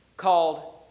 called